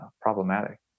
problematic